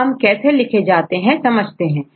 programme कैसे लिखे जाते हैं समझते हैं